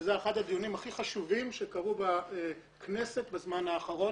זה אחד הדיונים הכי חשובים שקרו בכנסת בזמן האחרון.